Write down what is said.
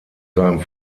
seinem